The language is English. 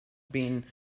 been